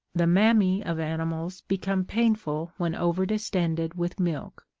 the mammae of animals become painful when over-distended with milk.